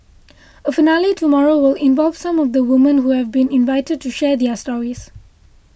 a finale tomorrow will involve some of the women who have been invited to share their stories